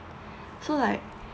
so like